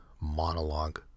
monologue